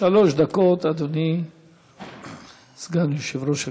שלוש דקות, אדוני סגן יושב-ראש הכנסת.